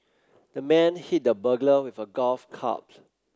the man hit the burglar with a golf